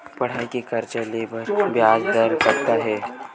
पढ़ई के कर्जा ले बर ब्याज दर कतका हे?